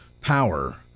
power